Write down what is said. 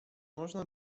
można